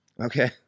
Okay